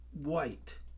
white